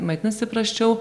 maitinasi prasčiau